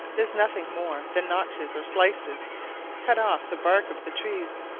is nothing more than notches or slices cut off the bark of the trees,